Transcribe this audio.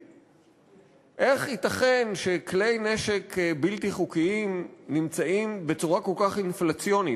איך ייתכן שכלי נשק בלתי חוקיים נמצאים בצורה כל כך אינפלציונית?